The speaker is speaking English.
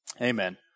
Amen